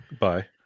Bye